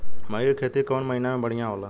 मकई के खेती कौन महीना में बढ़िया होला?